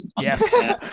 Yes